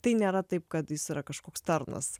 tai nėra taip kad jis yra kažkoks tarnas